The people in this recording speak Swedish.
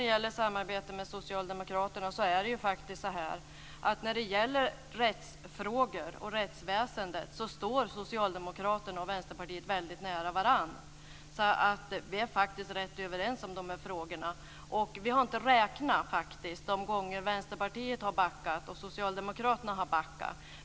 Beträffande samarbetet med Socialdemokraterna så är det faktiskt så att när det gäller rättsfrågor och rättsväsendet står Socialdemokraterna och Vänsterpartiet väldigt nära varandra. Vi är faktiskt ganska överens om dessa frågor. Vi har faktiskt inte räknat de gånger som Vänsterpartiet har backat och de gånger som Socialdemokraterna har backat.